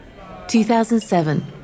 2007